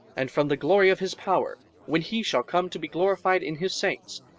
and from the glory of his power when he shall come to be glorified in his saints,